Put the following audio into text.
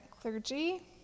clergy